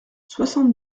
soixante